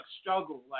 struggle